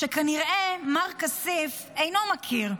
שכנראה מר כסיף אינו מכיר: